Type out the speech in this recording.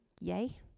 Yay